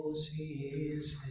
c is